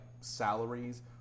salaries